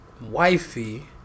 wifey